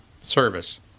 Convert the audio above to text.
service